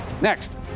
Next